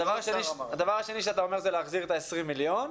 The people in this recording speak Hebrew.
הדבר השני שאתה אומר הוא להחזיר את 20 המיליון.